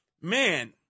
man